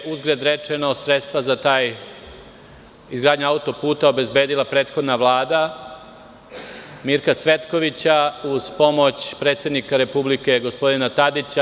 Uzgred rečeno, sredstva za izgradnju auto-puta obezbedila prethodna Vlada Mirka Cvetkovića uz pomoć predsednika Republike, gospodina Tadića.